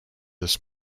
this